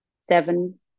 seven